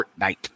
Fortnite